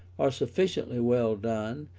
or sufficiently well done,